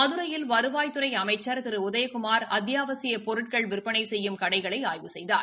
மதுரையில் வருவாய்த்துறை அமைச்சர் திரு உதயகுமார் அத்தியாவசியப் பொருட்கள் விற்பனை செய்யும் கடைகளை ஆய்வு செய்தார்